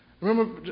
Remember